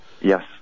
Yes